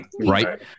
right